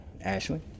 Ashley